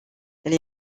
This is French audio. elle